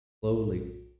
Slowly